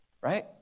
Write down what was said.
right